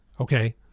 Okay